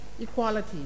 equality